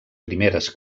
primeres